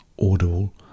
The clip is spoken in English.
Audible